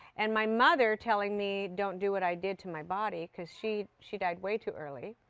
and my mother telling me, don't do what i did to my body, because she she died way too early.